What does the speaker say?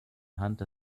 hunt